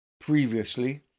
Previously